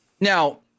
now